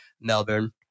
Melbourne